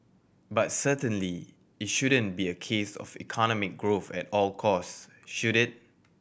but certainly it shouldn't be a case of economic growth at all costs should it